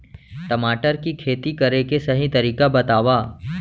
टमाटर की खेती करे के सही तरीका बतावा?